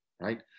right